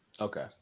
Okay